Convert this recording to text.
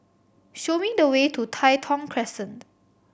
show me the way to Tai Thong Crescent